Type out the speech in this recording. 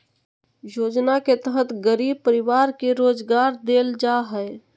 योजना के तहत गरीब परिवार के रोजगार देल जा हइ